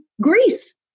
Greece